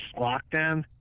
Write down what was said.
lockdown